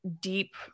deep